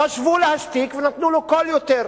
חשבו להשתיק, ונתנו לו קול יותר.